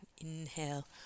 Inhale